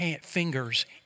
fingers